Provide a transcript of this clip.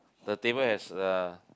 the table has yeah